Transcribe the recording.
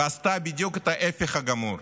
ועשתה בדיוק את ההפך הגמור.